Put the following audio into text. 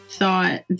thought